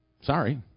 Sorry